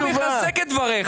אני מחזק את דבריך.